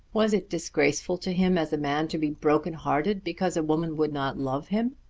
was it disgraceful to him as a man to be broken-hearted, because a woman would not love him?